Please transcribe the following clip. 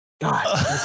god